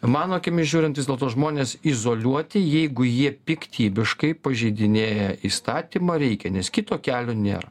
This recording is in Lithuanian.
mano akimis žiūrint vis dėlto žmones izoliuoti jeigu jie piktybiškai pažeidinėja įstatymą reikia nes kito kelio nėra